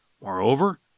Moreover